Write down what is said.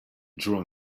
drawn